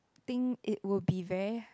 think it would be very